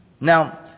Now